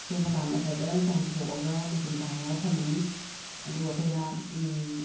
ꯁꯦꯝꯃꯀꯥꯟꯗ ꯐꯖꯅ ꯆꯥꯝꯊꯣꯛꯑꯒ ꯃꯆꯨꯝ ꯇꯥꯍꯜꯂꯒ ꯊꯝꯃꯅꯤ ꯑꯗꯨꯒ ꯑꯩꯈꯣꯏꯅ